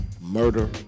murder